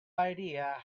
idea